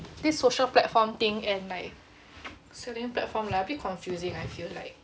this social platform thing and like selling platform like a bit confusing I feel like